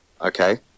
Okay